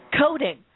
coding